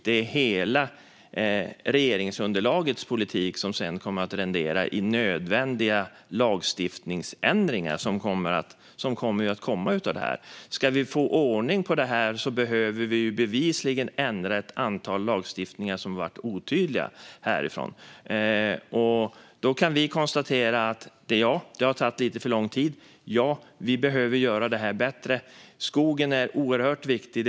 Det är hela regeringsunderlagets politik som sedan kommer att utmynna i nödvändiga lagstiftningsändringar. Ska vi få ordning på detta behöver vi bevisligen ändra ett antal lagstiftningar som har varit otydliga. Vi kan konstatera: Ja, det har tagit lite för lång tid. Ja, vi behöver göra detta bättre. Skogen är oerhört viktig.